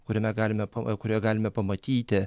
kuriame galime pa kurioje galime pamatyti